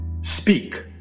speak